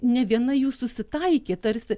nė viena jų susitaikė tarsi